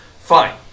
Fine